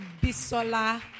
Bisola